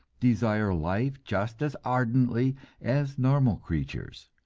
desire life just as ardently as normal creatures,